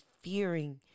fearing